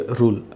rule